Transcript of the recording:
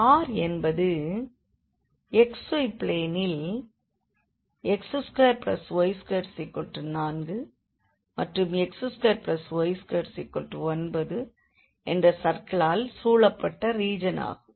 R என்பது xy பிளேனில் x2y24மற்றும் x2y29என்ற சர்க்கில்களால் சூழப்பட்ட ரீஜன் ஆகும்